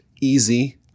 Easy